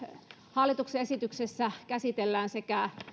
hallituksen esityksessä käsitellään sekä